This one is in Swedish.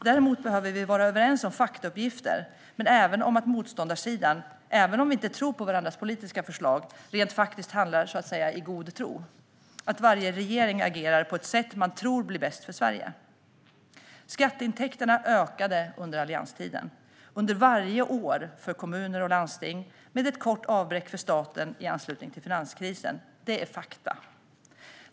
Däremot behöver vi vara överens om faktauppgifter och om att motståndarsidan, även om vi inte tror på varandras politiska förslag, rent faktiskt handlar i god tro: att varje regering agerar på det sätt man tror blir bäst för Sverige. Under allianstiden ökade skatteintäkterna för kommuner och landsting varje år, med ett kort avbräck för staten i anslutning till finanskrisen. Det är fakta.